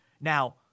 Now